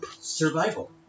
survival